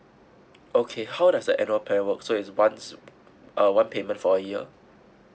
okay how does the annual plan work so is once uh one payment for a year